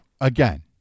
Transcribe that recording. again